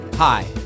Hi